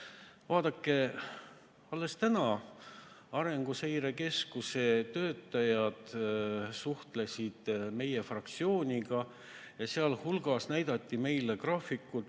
Vaadake, alles täna Arenguseire Keskuse töötajad suhtlesid meie fraktsiooniga, sealhulgas näidati meile graafikut,